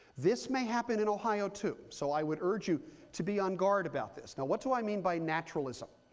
this may happen in ohio, too. so i would urge you to be on guard about this. now what do i mean by naturalism?